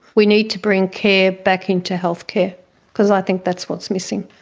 we need to bring care back into healthcare because i think that's what's missing.